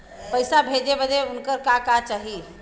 पैसा भेजे बदे उनकर का का चाही?